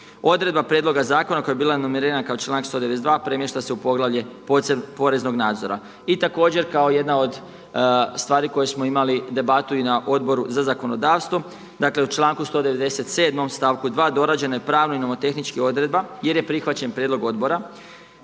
Odredba prijedloga zakona koja je bila numerirana kao članak 192. premješta se u poglavlje poreznog nadzora. I također kao jedna od stvari koje smo imali debatu i na Odboru za zakonodavstvo. Dakle u članku 197. stavku 2. dorađeno je pravno i nomotehnički odredba jer je prihvaćen prijedlog odbora